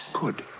Good